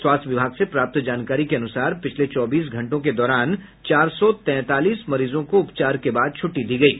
स्वास्थ्य विभाग से प्राप्त जानकारी के अनुसार पिछले चौबीस घंटों के दौरान चार सौ तैंतालीस मरीजों को उपचार के बाद छुट्टी दी गयी